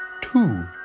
two